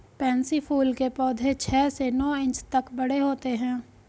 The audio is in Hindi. पैन्सी फूल के पौधे छह से नौ इंच तक बड़े होते हैं